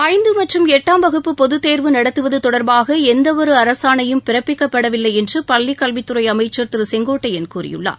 ஐந்து மற்றும் எட்டாம் வகுப்பு பொதுத் தேர்வு நடத்துவது தொடர்பாக எந்தவொரு அரசாணையும் பிறப்பிக்கப்படவில்லை என்று பள்ளிக் கல்வித்துறை அமைச்சர் திரு செங்கோட்டையன் கூறியுள்ளார்